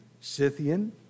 Scythian